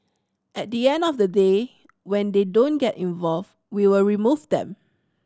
at the end of the day when they don't get involved we will remove them